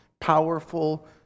powerful